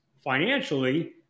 financially